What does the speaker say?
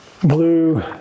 blue